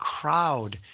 crowd